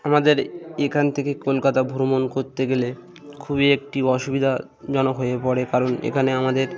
আমাদের এখান থেকে কলকাতা ভ্রমণ করতে গেলে খুবই একটি অসুবিধাজনক হয়ে পড়ে কারণ এখানে আমাদের